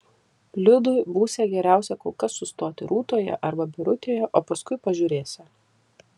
liudui būsią geriausia kol kas sustoti rūtoje arba birutėje o paskui pažiūrėsią